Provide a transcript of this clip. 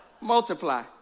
multiply